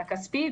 המחיר הכספי,